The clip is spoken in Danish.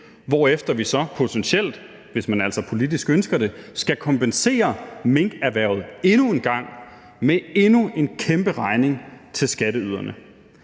ønsker det, skal kompensere minkerhvervet endnu en gang med endnu en kæmpe regning til skatteyderne.